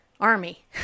army